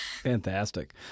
fantastic